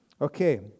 Okay